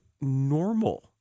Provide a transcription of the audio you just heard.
normal